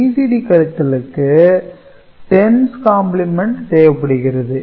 BCD கழித்தலுக்கு 10's complement தேவைப்படுகிறது